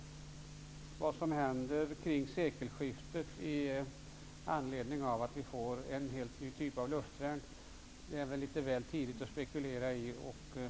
Vad som händer kring sekelskiftet i anledning av att vi får en helt ny typ av luftvärn är väl litet väl tidigt att spekulera i.